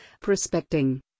prospecting